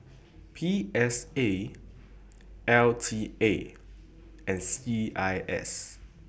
P S A L T A and C I S